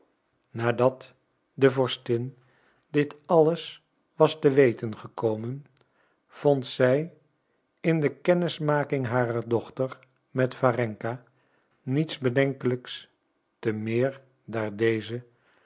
nadat de vorstin dit alles was te weten gekomen vond zij in de kennismaking harer dochter met warenka niets bedenkelijks te meer daar deze